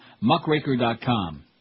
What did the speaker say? muckraker.com